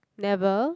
never